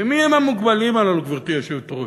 ומי הם המוגבלים הללו, גברתי היושבת-ראש?